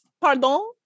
pardon